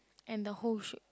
and the whole shoot